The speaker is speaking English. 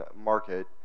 market